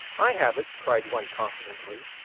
i have it! cried one, confidently.